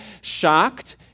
shocked